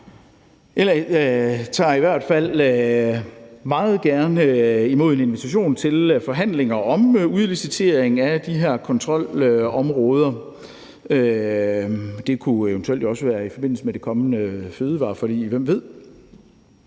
LA tager i hvert fald meget gerne imod en invitation til forhandlinger om udlicitering af de her kontrolområder. Det kunne eventuelt også være i forbindelse med det kommende fødevareforlig, hvem ved?